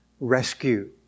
rescue